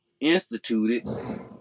instituted